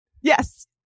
Yes